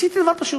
עשיתי דבר פשוט.